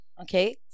Okay